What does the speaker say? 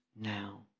now